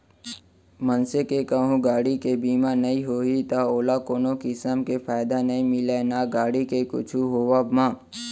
मनसे के कहूँ गाड़ी के बीमा नइ होही त ओला कोनो किसम के फायदा नइ मिलय ना गाड़ी के कुछु होवब म